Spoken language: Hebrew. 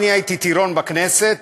אני הייתי טירון בכנסת,